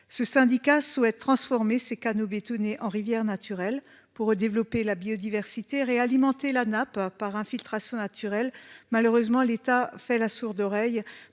Ce syndicat souhaite transformer ses canaux bétonné en rivière naturelle pour développer la biodiversité ré-alimenter la nappe par infiltration naturelle. Malheureusement, l'État fait la sourde oreille.